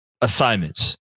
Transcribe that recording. assignments